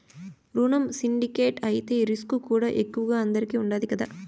రునం సిండికేట్ అయితే రిస్కుకూడా ఎక్కువగా అందరికీ ఉండాది కదా